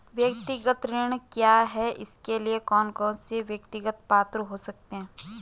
व्यक्तिगत ऋण क्या है इसके लिए कौन कौन व्यक्ति पात्र हो सकते हैं?